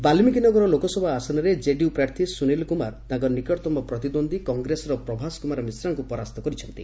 ବାଲ୍ଗିକୀ ନଗର ଲୋକସଭା ଆସନରେ ଜେଡିୟୁ ପ୍ରାର୍ଥୀ ସୁନିଲ୍ କୁମାର ତାଙ୍କ ନିକଟତମ ପ୍ରତିଦ୍ୱନ୍ଦ୍ୱୀ କଂଗ୍ରେସର ପ୍ରଭାସ କୁମାର ମିଶ୍ରାଙ୍କୁ ପରାସ୍ତ କରିଛନ୍ତି